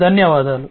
ధన్యవాదాలు